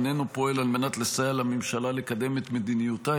איננו פועל על מנת לסייע לממשלה לקדם את מדיניותה,